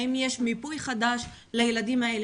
האם יש מיפוי חדש לילדים האלה?